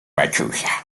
maciusia